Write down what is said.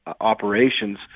operations